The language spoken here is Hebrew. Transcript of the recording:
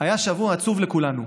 היה שבוע עצוב לכולנו.